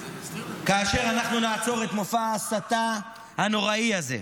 כאשר אנחנו נעצור את מופע ההסתה הנוראי הזה,